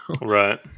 Right